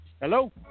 hello